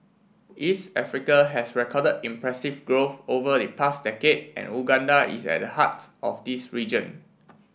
East Africa has recorded impressive growth over the past decade and Uganda is at the heart of this region